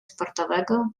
sportowego